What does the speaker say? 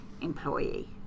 employee